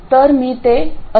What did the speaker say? तर मी ते असे लिहितो